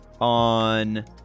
on